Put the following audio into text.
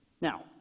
Now